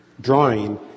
drawing